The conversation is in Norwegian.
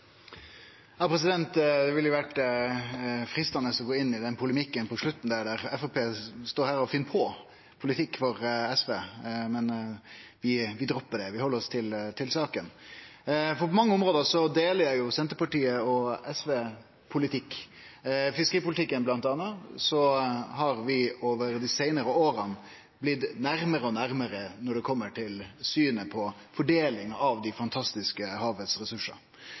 Det hadde vore freistande å gå inn i den polemikken på slutten, der Framstegspartiet står og finn på politikk for SV, men vi droppar det. Vi held oss til saka. På mange område deler Senterpartiet og SV politikk. I bl.a. fiskeripolitikken har vi over dei seinare åra blitt nærare og nærare når det kjem til synet på fordeling av dei fantastiske